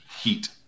Heat